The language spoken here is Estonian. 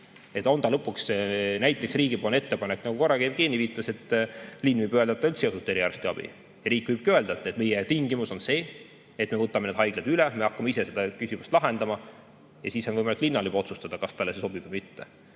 On ta lõpuks näiteks riigi ettepanek, nagu korra ka Jevgeni viitas, et linn võib öelda, et ta üldse ei osuta eriarstiabi. Riik võib ka öelda, et meie tingimus on see, et me võtame need haiglad üle, me hakkame ise seda küsimust lahendama. Ja siis on võimalik linnal juba otsustada, kas talle see sobib või mitte. Sama